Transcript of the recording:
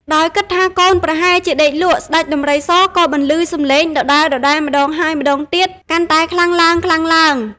ដោយគិតថា កូនប្រហែលជាដេកលក់ ស្តេចដំរីសក៏បន្លឺសម្លេងដដែលៗម្តងហើយម្តងទៀតកាន់តែខ្លាំងឡើងៗ។